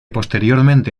posteriormente